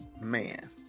man